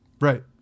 Right